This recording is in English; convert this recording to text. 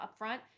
upfront